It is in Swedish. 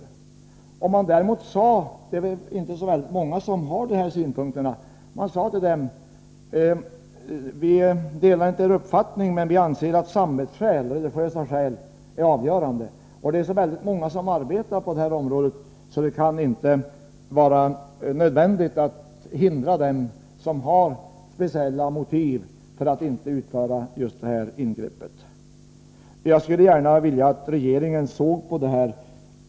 I stället skulle man säga till dem som anlägger sådana här synpunkter — det rör sig inte om särskilt många — att man inte delar deras uppfattning men att man anser att samvetsskäl och religösa skäl är avgörande. Väldigt många arbetar på detta område. Därför kan det inte vara nödvändigt att hindra dem som har speciella motiv för att inte utföra just detta ingrepp. Jag skulle gärna vilja att regeringen såg över dessa frågor.